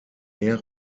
meer